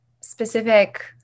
specific